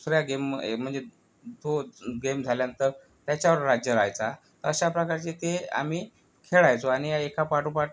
दुसऱ्या गेम मग म्हणजे तो गेम झाल्यानंतर त्याच्यावर राज्य राहायचा अश्या प्रकारचे ते आम्ही खेळायचो आणि एका पाठोपाठ